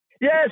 yes